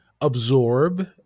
absorb